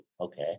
Okay